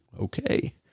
okay